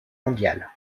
mondiale